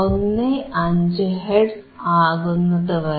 15 hertz ആകുന്നതുവരെ